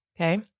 Okay